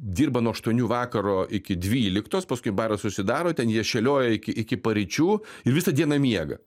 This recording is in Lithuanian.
dirba nuo aštuonių vakaro iki dvyliktos paskui baras užsidaro ten jie šėlioja iki iki paryčių ir visą dieną miega